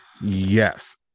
Yes